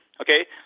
Okay